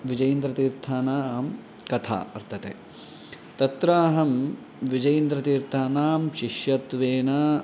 विजयीन्द्र तीर्थाणां कथा वर्तते तत्र अहं विजयीन्द्र तीर्थाणां शिष्यत्वेन